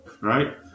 right